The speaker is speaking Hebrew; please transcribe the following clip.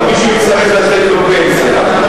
ואז מישהו יצטרך לתת לו פנסיה.